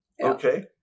Okay